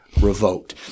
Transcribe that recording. revoked